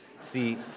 See